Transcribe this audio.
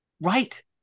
Right